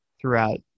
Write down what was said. throughout